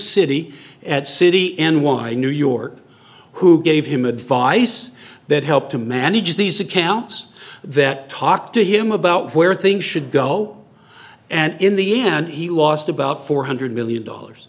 city at city n y new york who gave him advice that helped to manage these accounts that talk to him about where things should go and in the end he lost about four hundred million dollars